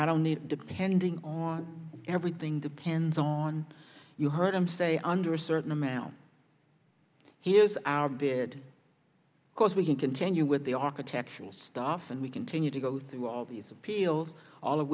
i don't need depending on everything depends on you heard him say under a certain amount he is our did because we can continue with the architectural stuff and we continue to go through all these appeal all of